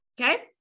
Okay